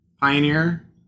pioneer